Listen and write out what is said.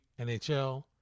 NHL